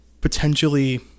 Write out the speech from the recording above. potentially